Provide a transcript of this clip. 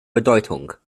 bedeutung